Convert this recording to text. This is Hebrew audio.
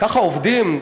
ככה עובדים?